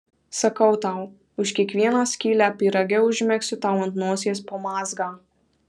sakau tau už kiekvieną skylę pyrage užmegsiu tau ant nosies po mazgą